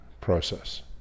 process